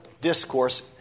discourse